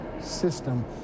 system